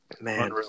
Man